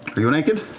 are you naked?